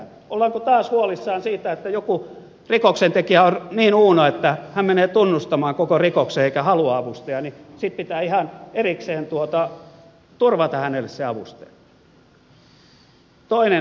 ollaanko taas huolissaan siitä että kun joku rikoksentekijä on niin uuno että hän menee tunnustamaan koko rikoksen eikä halua avustajaa niin sitten pitää ihan erikseen turvata hänelle se avustaja